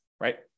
right